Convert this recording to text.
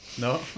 No